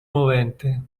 movente